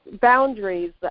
boundaries